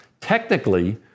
Technically